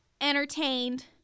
entertained